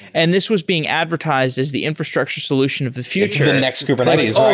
and this was being advertised as the infrastructure solution of the future. the next kubernetes,